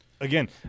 Again